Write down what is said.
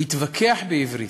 הוא התווכח בעברית.